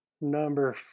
Number